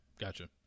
Gotcha